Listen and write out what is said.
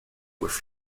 with